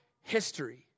history